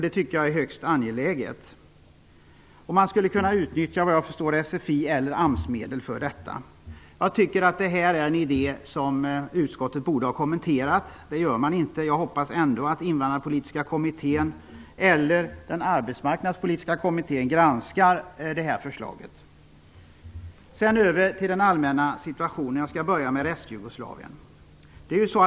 Det tycker jag är högst angeläget. Man skulle, såvitt jag förstår, kunna utnyttja sfi eller AMS-medel för detta. Jag tycker att det är en idé som utskottet borde ha kommenterat. Det gör utskottet inte. Jag hoppas ändå att Invandrarpolitiska kommittén eller Arbetsmarknadspolitiska kommittén granskar förslaget. Sedan över till den allmänna situationen. Jag skall börja med Restjugoslavien.